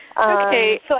Okay